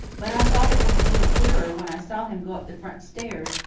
but i thought it was a deal queerer when i saw him go up the front stairs,